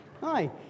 Hi